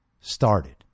started